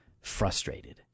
frustrated